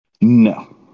No